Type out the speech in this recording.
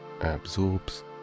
absorbs